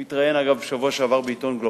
הוא התראיין, אגב, בשבוע שעבר בעיתון "גלובס".